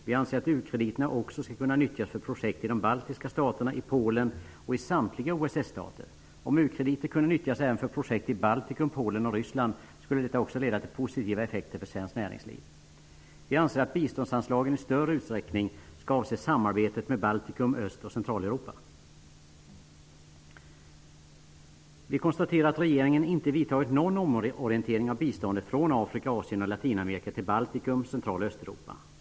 Vi anser att u-krediterna också skall kunna nyttjas för projekt i de baltiska staterna, i Polen och i samtliga OSS-stater. Baltikum, Polen och Ryssland skulle det leda till positiva effekter också för svenskt näringsliv. Vi anser att biståndsanslagen i större utsträckning skall avse samarbetet med Baltikum, Öst och Vi konstaterar att regeringen inte gjort någon omorientering av biståndet från Afrika, Asien och Östeuropa.